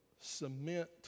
cement